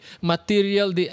material